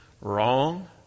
wrong